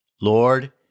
Lord